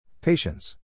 Patience